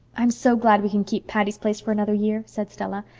i'm so glad we can keep patty's place for another year, said stella.